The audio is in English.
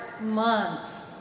months